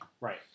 Right